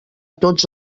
tots